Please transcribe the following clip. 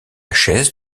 chaise